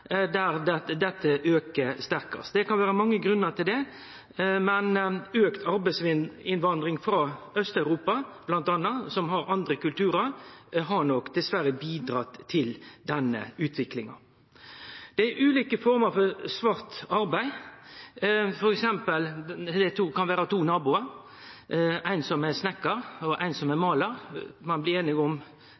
dette aukar sterkast. Det kan vere mange grunnar til det, men auka arbeidsinnvandring frå Aust-Europa m.a., som har andre kulturar, har nok dessverre bidradd til denne utviklinga. Det er ulike former for svart arbeid. For eksempel kan det vere to naboar – ein som er snikkar, og ein som er målar – som blir einige om